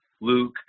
Luke